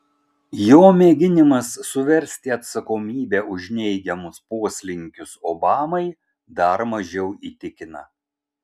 jo mėginimas suversti atsakomybę už neigiamus poslinkius obamai dar mažiau įtikina